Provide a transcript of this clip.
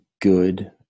good